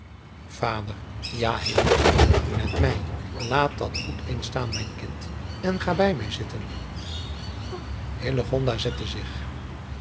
hilletje met mij laat dat goed eens staan mijn kind en ga bij mij zitten hillegonda zette zich